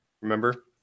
remember